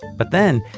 but then,